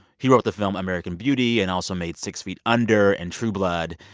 he wrote the film american beauty and also made six feet under and true blood.